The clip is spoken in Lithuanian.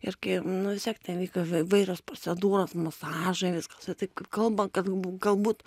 irgi nu vistiek ten vyko įvairios procedūros masažai viskas ir taip kaip kalbant kad galbūt